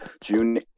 June